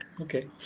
Okay